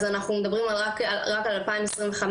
אז אנחנו מדברים רק על 2025,